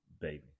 baby